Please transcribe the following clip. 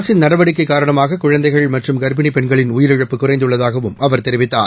அரசின் நடவடிக்கை காரணமாக குழந்தைகள் மற்றும் கா்ப்பிணி பெண்களின் உயிரிழப்பு குறைந்துள்ளதாகவும் அவா் தெரிவித்தார்